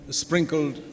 sprinkled